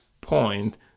point